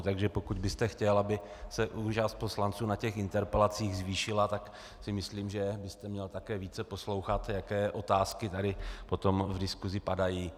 Tak pokud byste chtěl, aby se účast poslanců na interpelacích zvýšila, tak si myslím, že byste měl také více poslouchat, jaké otázky tady potom v diskusi padají.